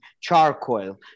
charcoal